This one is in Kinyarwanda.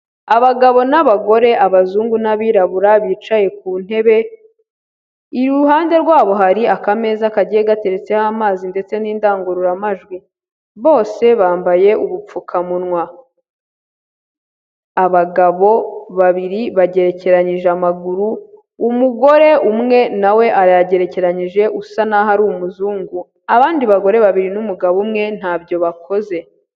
Abagabo n'abagore, abazungu n'abirabura bicaye ku ntebe, iruhande rwabo hari akameza kagiye gateretseho amazi ndetse n'indangururamajwi. Bose bambaye ubupfukamunwa. Abagabo babiri bagerekeranyije amaguru, umugore umwe nawe arayagerekeranyije usa naho ari umuzungu. Abandi bagore babiri n'umugabo umwe ntabyo bakoze.